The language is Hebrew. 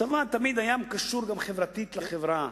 הצבא תמיד היה קשור חברתית, לחברה.